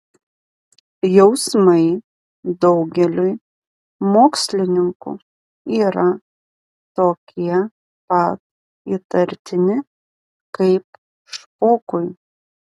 jausmai daugeliui mokslininkų yra tokie pat įtartini kaip špokui